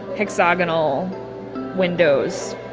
hexagonal windows.